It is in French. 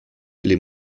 les